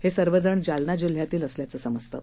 हस्विर्वजण जालना जिल्ह्यातील असल्याचं समजतं